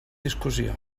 discussió